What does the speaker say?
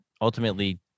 ultimately